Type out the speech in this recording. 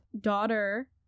daughter